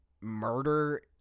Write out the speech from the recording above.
murder